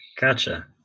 Gotcha